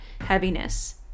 heaviness